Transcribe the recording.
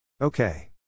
Okay